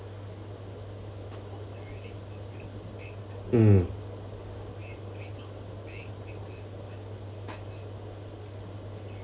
mm